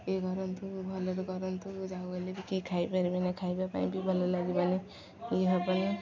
କିଏ କରନ୍ତୁ ଭଲରେ କରନ୍ତୁ ଯାଉ ଗଲେ ବି କିଏ ଖାଇପାରିବେ ନା ଖାଇବା ପାଇଁ ବି ଭଲ ଲାଗିବାନି ଇଏ ହେବନି